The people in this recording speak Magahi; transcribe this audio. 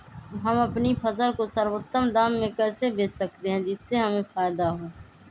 हम अपनी फसल को सर्वोत्तम दाम में कैसे बेच सकते हैं जिससे हमें फायदा हो?